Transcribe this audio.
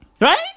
Right